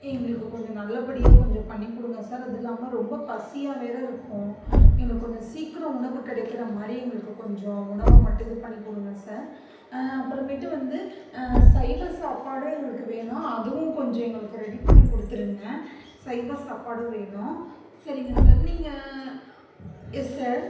எங்களுக்கு கொஞ்சம் நல்லபடியாக கொஞ்சம் பண்ணிக் கொடுங்க சார் அதுவும் இல்லாமல் ரொம்ப பசியாக வேற இருக்கோம் எங்களுக்கு கொஞ்சம் சீக்கிரம் உணவு கிடைக்கிற மாதிரி எங்களுக்கு கொஞ்சம் உணவை மட்டும் இது பண்ணிக் கொடுங்க சார் அப்புறமேட்டு வந்து சைவ சாப்பாடும் எங்களுக்கு வேணும் அதுவும் கொஞ்சம் எங்களுக்கு ரெடி பண்ணிக் கொடுத்துருங்க சைவ சாப்பாடும் வேணும் சரிங்க சார் நீங்கள் எஸ் சார்